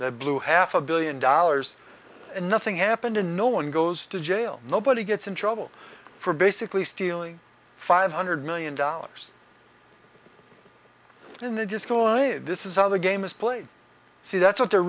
that blew half a billion dollars and nothing happened and no one goes to jail nobody gets in trouble for basically stealing five hundred million dollars in the just call this is how the game is played see that's what they're